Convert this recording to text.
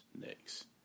next